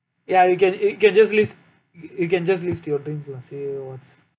ya you can you can just list you can just list your dreams lah say what's